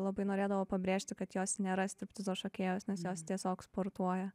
labai norėdavo pabrėžti kad jos nėra striptizo šokėjos nes jos tiesiog sportuoja